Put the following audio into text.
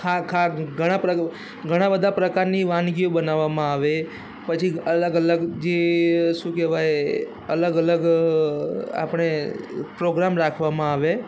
ખા ખા ઘણા પ્ર ઘણા બધા પ્રકારની વાનગીઓ બનાવવામાં આવે પછી અલગ અલગ જે શું કેવાય અલગ અલગ અ આપણે પ્રોગ્રામ રાખવામાં આવે